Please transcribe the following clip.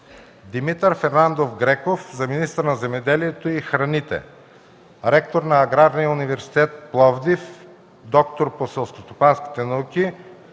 Димитър Фердинандов Греков – министър на земеделието и храните. Ректор е на Аграрния университет в Пловдив, доктор е по селскостопански науки,